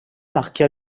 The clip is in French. marqua